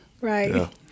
right